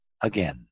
again